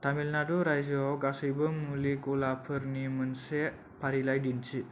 तामिल नाडु रायजोआव गासैबो मुलि ग'लाफोरफोरनि मोनसे फारिलाइ दिन्थि